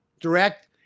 direct